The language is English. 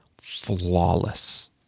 flawless